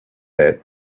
het